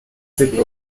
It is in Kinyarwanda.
mbere